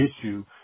issue